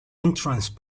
entrance